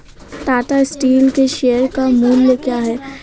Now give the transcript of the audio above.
Tata steel के share का मूल्य क्या है?